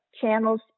channels